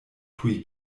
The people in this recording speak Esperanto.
tuj